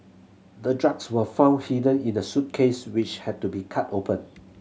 the drugs were found hidden in the suitcase which had to be cut open